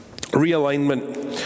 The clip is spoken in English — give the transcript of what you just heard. realignment